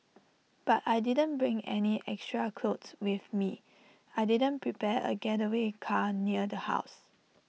but I didn't bring any extra clothes with me I didn't prepare A getaway car near the house